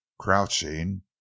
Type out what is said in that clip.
Crouching